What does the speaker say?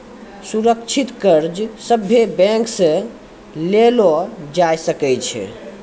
सुरक्षित कर्ज सभे बैंक से लेलो जाय सकै छै